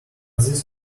this